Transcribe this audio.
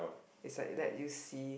it's like let you see